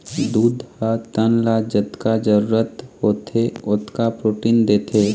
दूद ह तन ल जतका जरूरत होथे ओतका प्रोटीन देथे